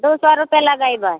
दू सए रुपे लगैबै